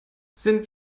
sind